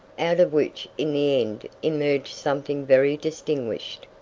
out of which in the end emerged something very distinguished.